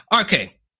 Okay